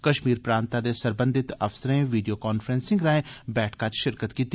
कश्मीर प्रांतै दे सरबंधित अफसरें वीडियो कांफ्रैंसिंग राए बैठका शिरकत कीती